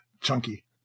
chunky